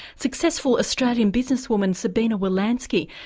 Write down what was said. successful australian businesswoman sabina wolanski,